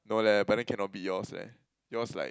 no leh but then cannot be yours leh yours like